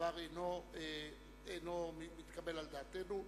והדבר אינו מתקבל על דעתנו.